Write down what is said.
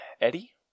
Eddie